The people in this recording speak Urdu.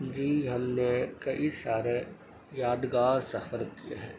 جی ہم نے کئی سارے یادگار سفر کیے ہیں